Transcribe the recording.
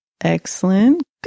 Excellent